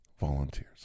volunteers